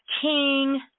King